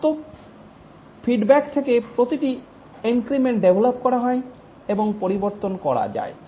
প্রাপ্ত ফিডব্যাক থেকে প্রতিটি ইনক্রিমেন্ট ডেভলপড করা হয় এবং পরিবর্তন করা যায়